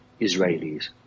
Israelis